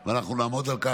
ואנחנו נעמוד על כך,